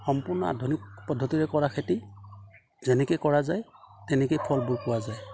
সম্পূৰ্ণ আধুনিক পদ্ধতিৰে কৰা খেতি যেনেকেই কৰা যায় তেনেকেই ফলবোৰ পোৱা যায়